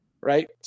right